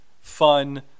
fun